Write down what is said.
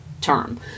term